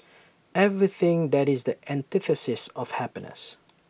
everything that is the antithesis of happiness